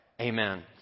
Amen